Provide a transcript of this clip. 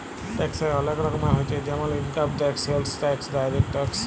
ট্যাক্সের ওলেক রকমের হচ্যে জেমল income tax, sales tax, direct tax